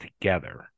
together